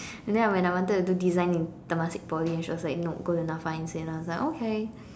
and then when I wanted to do design in Temasek Poly and she was like go to the N_A_F_A instead and I was like okay